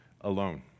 alone